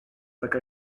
taka